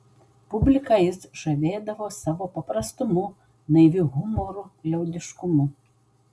publiką jis žavėdavo savo paprastumu naiviu humoru liaudiškumu